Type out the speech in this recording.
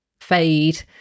fade